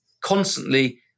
constantly